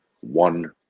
one